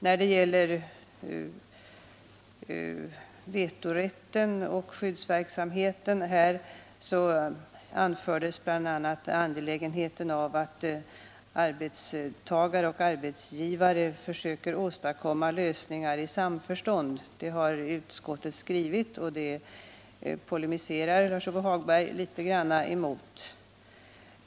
När det gäller vetorätten och skyddsverksamheten betonades bl.a. angelägenheten av att arbetstagare och arbetsgivare försöker åstadkomma lösningar i samförstånd. Det har utskottet skrivit, och det polemiserar Lars-Ove Hagberg litet grand emot.